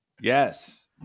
Yes